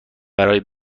برای